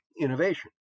innovation